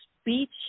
speech